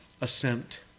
assent